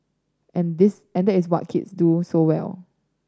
and this and this what kids do so well